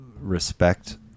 Respect